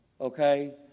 okay